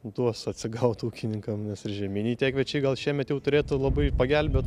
duos atsigaut ūkininkam nes ir žieminiai kviečiai gal šiemet jau turėtų labai pagelbėt